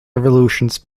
revolutions